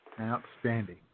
Outstanding